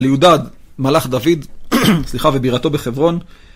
ליודע מלאך דוד, סליחה, ובירתו בחברון.